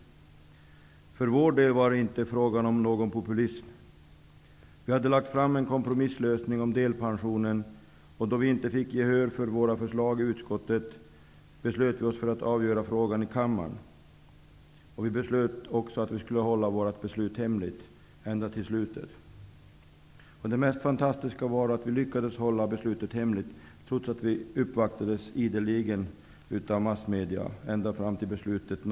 För vår del var det inte fråga om populism. Vi hade lagt fram förslag om en kompromisslösning beträffande delpensionen. Då vi inte fick gehör för våra förslag i utskottet kom vi överens om att bestämma oss först vid behandlingen i kammaren. Vi beslöt också att hålla vårt beslut hemligt ända till slutet. Det mest fantastiska var att vi lyckades hålla vårt beslut hemligt, trots att vi ideligen uppvaktades av massmedierna ända fram till kammaren fattade beslut.